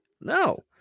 No